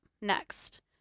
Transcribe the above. Next